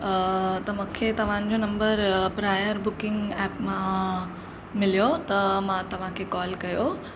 त मूंखे तव्हांजो नंबर प्रायर बुकिंग एप मां मिलियो त मां तव्हांखे कॉल कयो